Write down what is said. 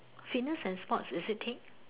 fitness and sports is it take